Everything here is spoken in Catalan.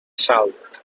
salt